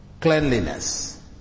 cleanliness